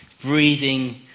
breathing